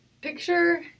Picture